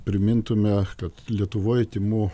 primintume kad lietuvoj tymų